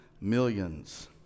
millions